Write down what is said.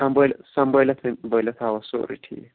سَمبا سَمبلٲتھ ومبلٲتھ اوا سورُے ٹھیٖک پاٹھۍ